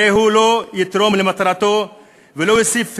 הרי הוא לא יתרום למטרתו ולא יוסיף רתיעה,